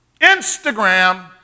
Instagram